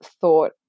thought